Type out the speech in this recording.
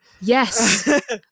Yes